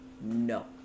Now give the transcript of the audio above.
no